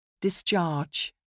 Discharge